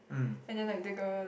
mm